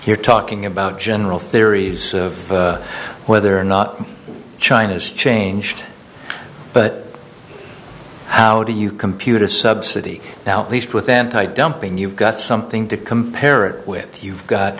here talking about general theories of whether or not china is changed but how do you computer subsidy now at least with then dumping you've got something to compare it with you've got